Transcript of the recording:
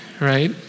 right